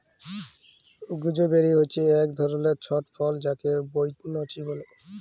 gooseberry হচ্যে এক ধরলের ছট ফল যাকে বৈনচি ব্যলে